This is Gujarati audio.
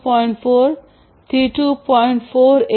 4 થી 2